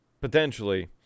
potentially